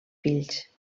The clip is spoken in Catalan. fills